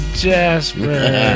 jasper